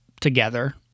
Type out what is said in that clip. together